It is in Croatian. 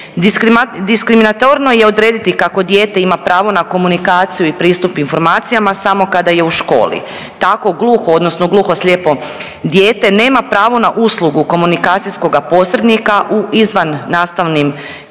Diskriminatorno je odrediti kako dijete ima pravo na komunikaciju i pristup informacijama samo kada je u školi. Tako gluho odnosno gluho slijepo dijete nema pravo na uslugu komunikacijskoga posrednika u izvan nastavnim i izvan